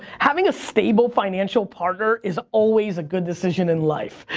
having a stable financial partner is always a good decision in life.